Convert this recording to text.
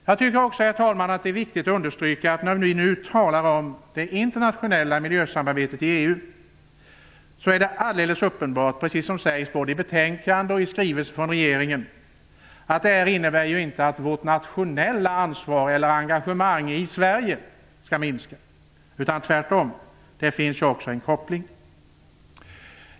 Jag tycker också att det är viktigt att understryka att det är alldeles uppenbart att det internationella miljösamarbetet i EU, precis som det sägs i betänkandet och i skrivelsen från regeringen, inte innebär att vårt nationella ansvar eller engagemang skall minska, tvärtom finns det en koppling.